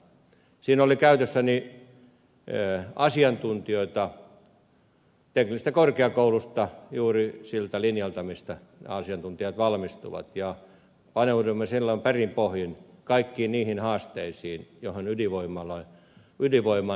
siinä oli käytössäni asiantuntijoita teknillisestä korkeakoulusta juuri siltä linjalta miltä asiantuntijat valmistuvat ja paneuduimme silloin perin pohjin kaikkiin niihin haasteisiin joihin ydinvoiman tuotanto perustuu